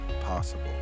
possible